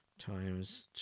Times